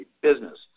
business